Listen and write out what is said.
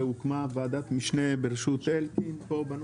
הוקמה ועדת משנה בראשות אלקין פה בנושא?